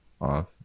off